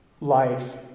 life